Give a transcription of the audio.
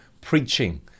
preaching